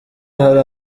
hari